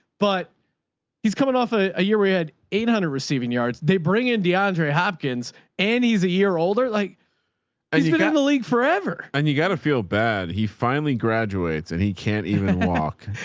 but he's coming off a a year where he had eight hundred receiving yards. they bring in deandre hopkins and he's a year older, like, and you got to leak forever and you got to feel bad. he finally graduates and he can't even walk.